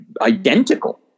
identical